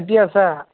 এতিয়া চা